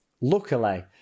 luckily